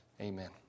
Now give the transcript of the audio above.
Amen